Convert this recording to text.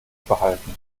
behalten